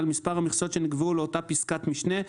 על מספר המכסות שנקבעו לפי אותה פסקת משנה,